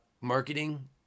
marketing